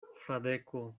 fradeko